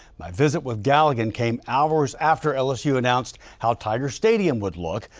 my visit with galligan came hours after lsu announced how tiger stadium would look.